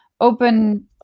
open